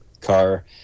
car